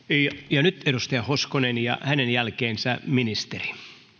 ja nyt edustaja hoskonen ja hänen jälkeensä ministeri